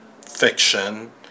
fiction